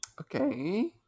okay